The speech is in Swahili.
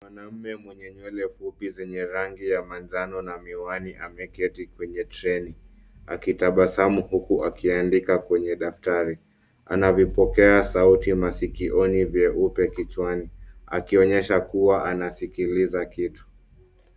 Mwanaume mwenye nywele fupi zenye rangi ya manjano na miwani, ameketi kwenye treni, akitabasamu huku akiandika kwenye daftari. Ana vipokea sauti masikioni vyeupe kichwani, akionyesha kuwa nasikiliza kitu.